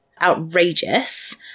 outrageous